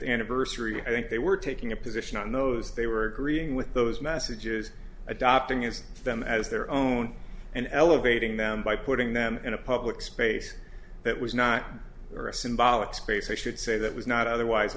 anniversary i think they were taking a position on those they were agreeing with those messages adopting as them as their own and elevating them by putting them in a public space that was not a symbolic space i should say that was not otherwise